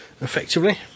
Effectively